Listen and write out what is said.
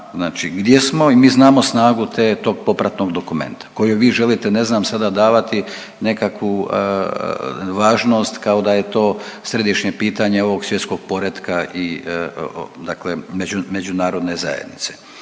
gdje smo i mi znamo snagu te, tog popratnog dokumenta kojoj vi želite ne znam sada davati nekakvu važnost kao da je to središnje pitanje ovog svjetskog poretka i dakle međunarodne zajednice.